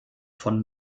von